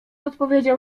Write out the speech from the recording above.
odpowiedział